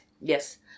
yes